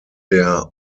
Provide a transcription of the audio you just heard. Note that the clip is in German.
der